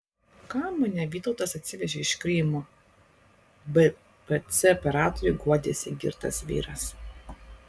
kam mane vytautas atsivežė iš krymo bpc operatoriui guodėsi girtas vyras